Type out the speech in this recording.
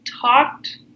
talked